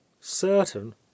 certain